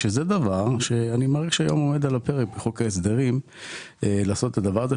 שזה דבר שאני מעריך שהיום עומד על הפרק בחוק ההסדרים לעשות את הדבר הזה,